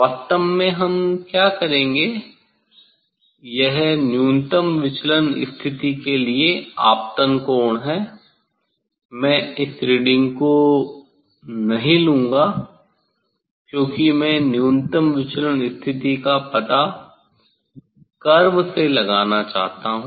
वास्तव में हम क्या करेंगे यह न्यूनतम विचलन स्थिति के लिए आपतन कोण है मैं इस रीडिंग को नहीं लूँगा क्योंकि मैं न्यूनतम विचलन स्थिति का पता कर्व से लगाना चाहता हूं